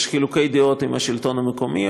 יש חילוקי דעות עם השלטון המקומי,